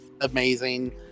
amazing